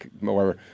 more